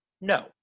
no